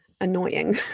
annoying